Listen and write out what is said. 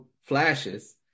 flashes